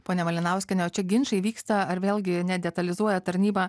ponia malinauskiene o čia ginčai vyksta ar vėlgi nedetalizuoja tarnyba